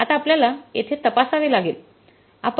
आता आपल्याला येथे तपासावे लागेल